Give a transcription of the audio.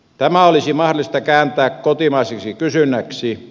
tämä olisi mahdollista kääntää kotimaiseksi kysynnäksi